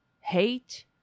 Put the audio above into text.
hate